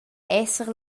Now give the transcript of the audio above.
esser